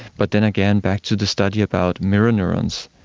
but then again, back to the study about mirror neurons,